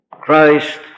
Christ